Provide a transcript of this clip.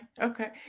Okay